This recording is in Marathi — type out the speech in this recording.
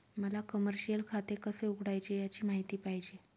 मला कमर्शिअल खाते कसे उघडायचे याची माहिती पाहिजे